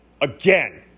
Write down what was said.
Again